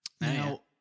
Now